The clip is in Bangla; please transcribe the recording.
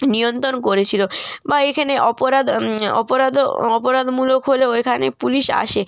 নিয়ন্ত্রণ করেছিলো বা এখেনে অপরাধ অপরাধও অপরাধমূলক হলেও এখানে পুলিশ আসে